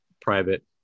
private